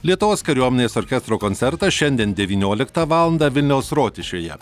lietuvos kariuomenės orkestro koncertas šiandien devynioliktą valandą vilniaus rotušėje